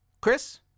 Chris